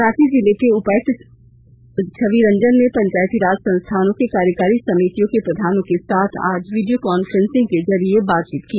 रांची जिले के उपायुक्त रांची छवि रंजन ने पंचायती राज संस्थानों के कार्यकारी समितियों के प्रधानों के साथ आज वीडियो कॉन्फ्रेंसिंग के जरिये बातचीत की